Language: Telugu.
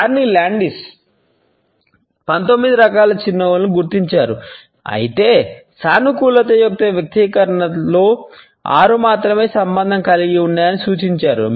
కార్నీ లాండిస్ 19 రకాల చిరునవ్వులను గుర్తించారు అయితే సానుకూలత యొక్క వ్యక్తీకరణతో ఆరు మాత్రమే సంబంధం కలిగి ఉన్నాయని సూచించారు